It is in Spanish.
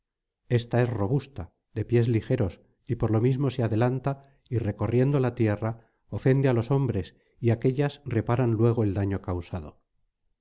ésta es robusta de pies ligeros y por lo mismo se adelanta y recorriendo la tierra ofende á los hombres y aquéllas reparan luego el daño causado